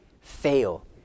fail